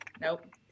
Nope